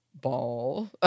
ball